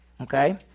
okay